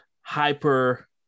hyper